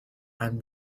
and